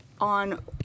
on